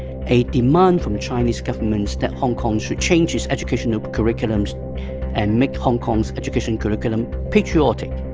a demand from chinese governments that hong kong should change its educational curriculums and make hong kong's education curriculum patriotic.